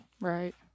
Right